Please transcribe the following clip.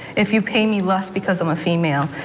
if you pay me less because i'm a female.